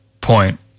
point